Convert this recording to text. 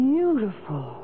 Beautiful